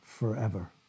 forever